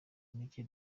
mike